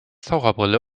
taucherbrille